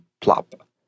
plop